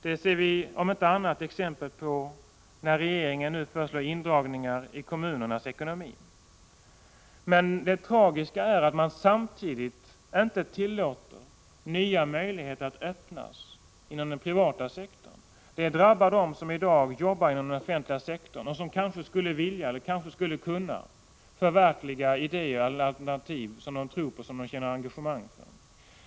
Det ser vi om inte annat exempel på när regeringen nu föreslår indragningar i kommunernas ekonomi. Men det mest tragiska är att man samtidigt inte tillåter nya möjligheter att öppnas inom den privata sektorn. Det drabbar dem som i dag jobbar inom den offentliga sektorn och som kanske skulle vilja och skulle kunna förverkliga idéer och alternativ som de tror på och känner engagemang för.